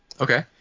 Okay